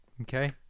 okay